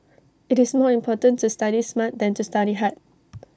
IT is more important to study smart than to study hard